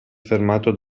fermato